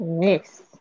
Yes